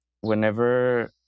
whenever